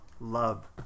Love